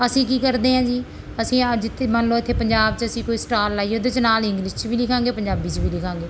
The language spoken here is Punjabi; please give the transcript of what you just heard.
ਅਸੀਂ ਕੀ ਕਰਦੇ ਹਾਂ ਜੀ ਅਸੀਂ ਅੱਜ ਇੱਥੇ ਮੰਨ ਲਓ ਇੱਥੇ ਪੰਜਾਬ 'ਚ ਅਸੀਂ ਕੋਈ ਸਟਾਲ ਲਾਈਏ ਉਹਦੇ 'ਚ ਨਾਲ ਇੰਗਲਿਸ਼ 'ਚ ਵੀ ਲਿਖਾਂਗੇ ਪੰਜਾਬੀ 'ਚ ਵੀ ਲਿਖਾਂਗੇ